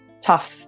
tough